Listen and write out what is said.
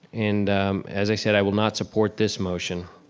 and as i said i will not support this motion.